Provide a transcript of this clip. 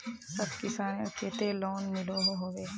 सब किसानेर केते लोन मिलोहो होबे?